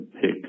pick